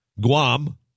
Guam